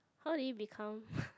how did it become